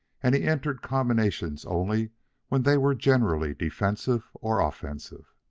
and he entered combinations only when they were generally defensive or offensive.